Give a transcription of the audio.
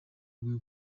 rwe